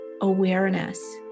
awareness